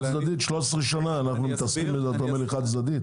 13 שנה אנחנו מתעסקים, אתה אומר חד צדדית?